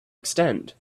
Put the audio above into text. extend